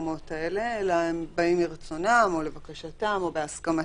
במקומות האלה אלא באים מרצונם או לבקשתם או בהסכמתם,